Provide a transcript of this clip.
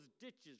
ditches